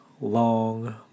long